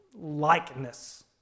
likeness